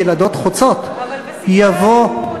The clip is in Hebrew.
ילדות חוצות" יבוא השוויון.